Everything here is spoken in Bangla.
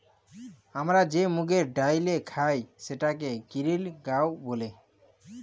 আমরা যে মুগের ডাইল খাই সেটাকে গিরিল গাঁও ব্যলে